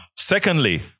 Secondly